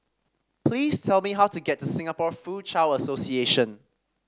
please tell me how to get to Singapore Foochow Association